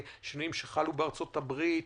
שינויים שחלו בארצות הברית,